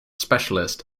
specialist